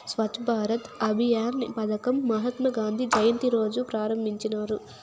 స్వచ్ఛ భారత్ అభియాన్ పదకం మహాత్మా గాంధీ జయంతి రోజా ప్రారంభించినారు